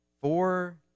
Four